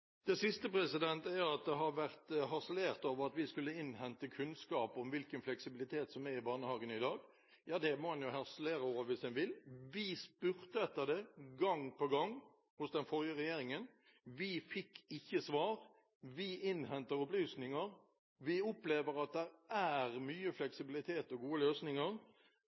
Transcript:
Det siste jeg vil si, er at det har vært harselert over at vi skulle innhente kunnskap om hvilken fleksibilitet som er i barnehagene i dag. Det må man gjerne harselere over hvis man vil. Vi spurte etter dette gang på gang hos den forrige regjeringen. Vi fikk ikke svar. Vi innhenter opplysninger. Vi opplever at det er mye fleksibilitet og gode løsninger.